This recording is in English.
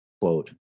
quote